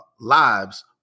lives